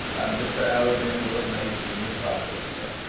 and mr arabin was made dean of barchester.